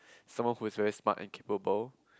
someone who is very smart and capable